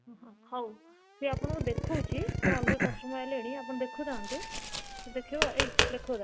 ହଁ ହଉ ସିଏ ଆପଣଙ୍କୁ ଦେଖାଉଛି ମୁଁ ଅଲଗା କଷ୍ଟମର୍ ଆସିଲେଣି ଆପଣ ଦେଖୁଥାନ୍ତୁ ଦେଖାଇବ ଆଉ ଏଇ ଦେଖାଉଥା